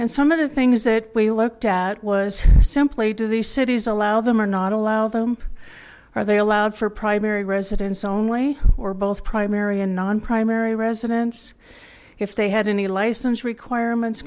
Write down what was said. and some of the things that we looked at was simply do these cities allow them or not allow them are they allowed for primary residents only or both primary and non primary residents if they had any license requirements